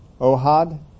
Ohad